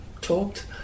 talked